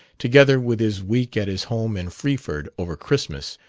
together with his week at his home in freeford, over christmas,